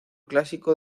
clásico